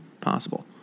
possible